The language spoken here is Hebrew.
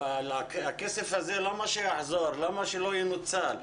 הכסף הזה, שלא יחזור אלא ינוצל.